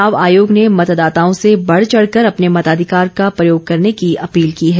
चूनाव आयोग ने मतदाताओं से बढ़चढ़ कर अपने मताधिकार का प्रयोग करने की अपील की है